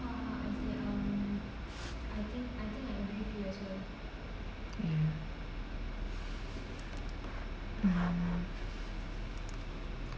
ya